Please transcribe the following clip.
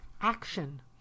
Action